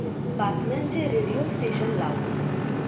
बातम्यांचे radio station लाव